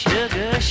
Sugar